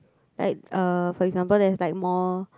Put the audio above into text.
like uh for example there is like more